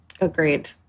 Agreed